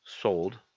sold